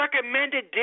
recommended